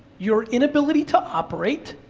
your inability to operate,